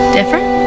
Different